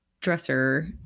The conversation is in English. dresser